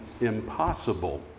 impossible